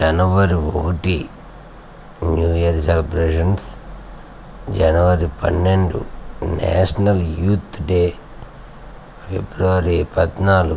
జనవరి ఒకటి new year celebrations జనవరి పన్నెండు నేషనల్ యూత్ డే ఫిబ్రవరి పద్నాలుగు